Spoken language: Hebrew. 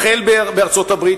החל בארצות-הברית,